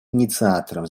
инициатором